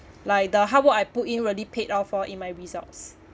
like the hard work I put in really paid off for in my results